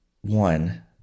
one